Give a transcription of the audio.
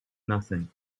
nothing